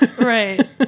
Right